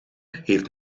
heeft